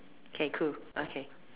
K cool okay